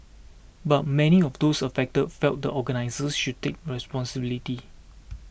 but many of those affected felt the organisers should take responsibility